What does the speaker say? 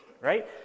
right